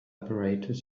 apparatus